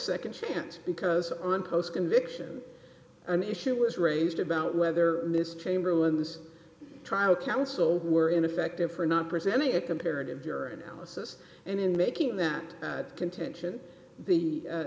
second chance because on post conviction an issue was raised about whether mr chamberlain this trial counsel were ineffective for not presenting a comparative your analysis and in making that contention the